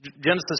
Genesis